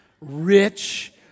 rich